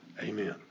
Amen